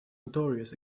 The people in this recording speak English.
notorious